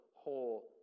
whole